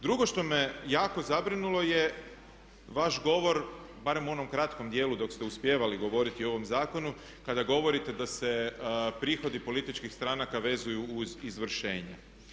Drugo što me jako zabrinulo je vaš govor barem u onom kratkom djelu dok ste uspijevali govoriti o ovome zakonu kada govorite da se prihodi političkih stranka vezuju uz izvršenje.